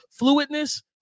fluidness